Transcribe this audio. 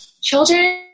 children